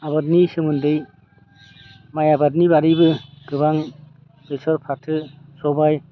आबादनि सोमोन्दै माइ आबादनि बारैबो गोबां बेसर फाथो सबाइ